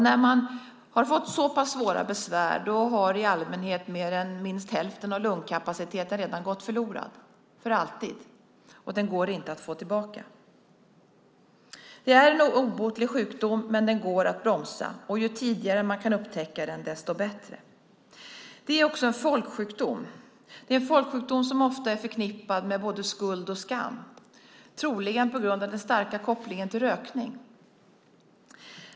När man har fått så pass svåra besvär har i allmänhet minst hälften av lungkapaciteten gått förlorad för alltid, och den går inte att få tillbaka. Det är en obotlig sjukdom, men den går att bromsa. Ju tidigare man kan upptäcka den, desto bättre. Det är också en folksjukdom som ofta är förknippad med både skuld och skam, troligen på grund av den starka kopplingen till rökning.